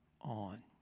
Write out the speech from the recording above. on